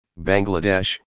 Bangladesh